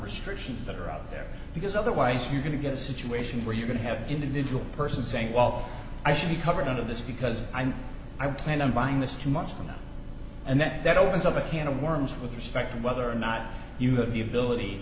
restrictions that are out there because otherwise you're going to get a situation where you're going to have an individual person saying wall i should be covered under this because i know i planned on buying this two months from now and that that opens up a can of worms with respect to whether or not you have the ability